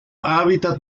hábitat